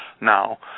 now